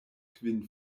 kvin